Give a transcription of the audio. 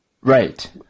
right